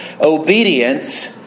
obedience